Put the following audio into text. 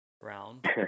round